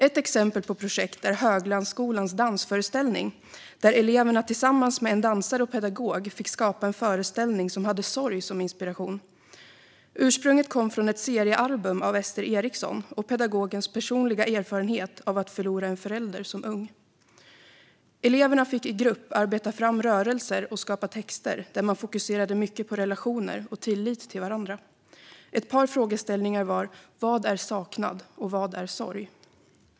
Ett exempel på projekt är Höglandsskolans dansföreställning, där eleverna tillsammans med en dansare och pedagog fick skapa en föreställning som hade sorg som inspiration. Ursprunget kom från ett seriealbum av Ester Eriksson och pedagogens personliga erfarenhet av att förlora en förälder som ung. Eleverna fick i grupp arbeta fram rörelser och skapa texter där man fokuserade mycket på relationer och tillit till varandra. Ett par frågeställningar var "vad är saknad?" och "vad är sorg?"